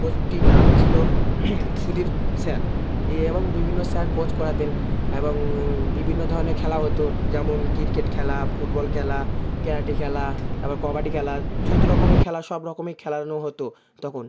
কোচটির নাম ছিল সুদীপ স্যার এইরকম বিভিন্ন স্যার কোচ করাতেন এবং বিভিন্ন ধরনের খেলা হতো যেমন ক্রিকেট খেলা ফুটবল খেলা ক্যারাটে খেলা তারপর কবাডি খেলা যত রকমের খেলা সবরকমই খেলানো হতো তখন